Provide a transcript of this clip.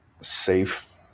safe